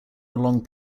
along